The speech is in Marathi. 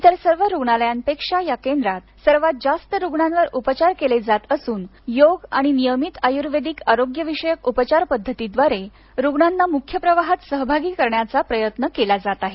इतर सर्व रुग्णालयांपेक्षा या केंद्रात सर्वात जास्त रुग्णांवर उपचार केले जात असून योग आणि नियमित आयुर्वेदिक आरोग्यविषयक उपचार पद्धतीद्वारे रूग्णांना मुख्य प्रवाहात सहभागी करुन घेतल्याची भावना निर्माण केली जात आहे